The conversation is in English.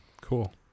Cool